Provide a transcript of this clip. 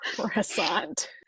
croissant